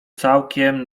całkiem